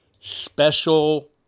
special